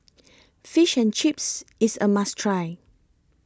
Fish and Chips IS A must Try